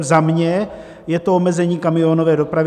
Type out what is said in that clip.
Za mě je to omezení kamionové dopravy.